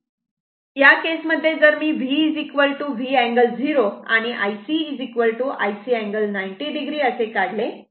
तेव्हा या केस मध्ये जर मी V V अँगल 0 आणि IC IC अँगल 90 o असे काढले